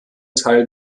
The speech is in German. teil